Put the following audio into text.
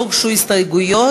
לא הוגשו הסתייגויות,